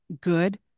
good